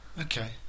Okay